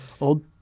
Old